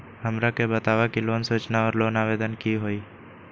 हमरा के बताव कि लोन सूचना और लोन आवेदन की होई?